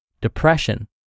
depression